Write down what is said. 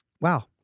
wow